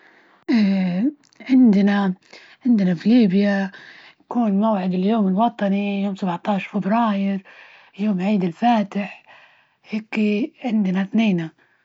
عندنا- عندنا في ليبيا، بيكون موعد اليوم الوطني يوم سبعة عشر فبراير، يوم عيد الفاتح، هيكي عندنا إثنينا.